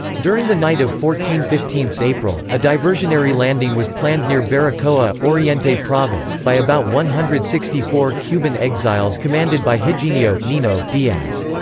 during the night of fourteen fifteen april, a diversionary landing was planned near baracoa, oriente province, by about one hundred and sixty four cuban exiles commanded by higinio nino diaz.